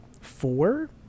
four